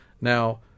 Now